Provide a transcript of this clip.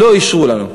לא אישרו לנו.